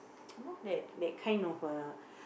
you know that that kind of a